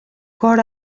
cor